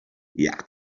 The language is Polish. jak